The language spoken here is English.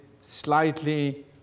slightly